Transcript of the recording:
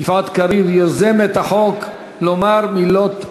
יפעת קריב, יוזמת החוק, לומר מילות ברכה.